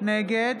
נגד